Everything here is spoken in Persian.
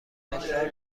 ادرار